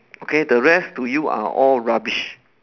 okay the rest to you are all rubbish